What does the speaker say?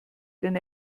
denn